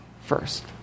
first